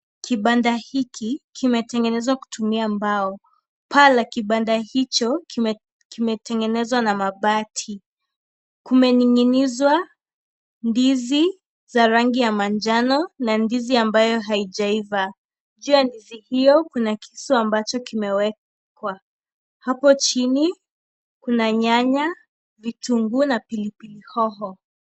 Kibanda hiki kimetengenezwa kutumia mbao, paa la kibanda hicho kimetengenezwa na mabati, kumening'inizwa ndizi za rangi ya manjano na ndizi ambayo haijaiva, juu ya ndizi hiyo kuna kisu ambacho imewekwa, hapo chini kuna nyanya, vitunguu na pilipili hoho.